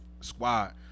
squad